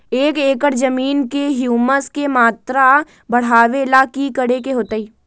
एक एकड़ जमीन में ह्यूमस के मात्रा बढ़ावे ला की करे के होतई?